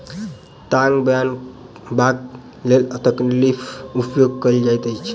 ताग बनयबाक लेल तकलीक उपयोग कयल जाइत अछि